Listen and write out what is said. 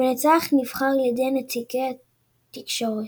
המנצח נבחר על ידי נציגי התקשורת.